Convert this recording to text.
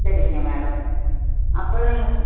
சரிங்க மேடம் அப்புறம்